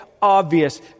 Obvious